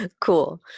Cool